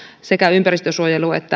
sekä ympäristönsuojelu että